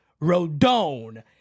Rodone